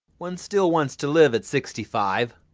one still wants to live at sixty-five.